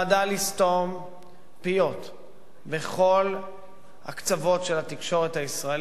לסתום פיות בכל הקצוות של התקשורת הישראלית,